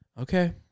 Okay